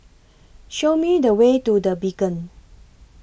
Show Me The Way to The Beacon